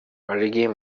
அழகிய